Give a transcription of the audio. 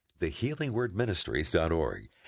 thehealingwordministries.org